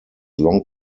long